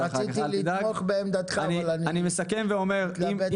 אבל אני מסכם ואומר,